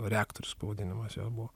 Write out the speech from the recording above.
reaktorius pavadinimas jo buvo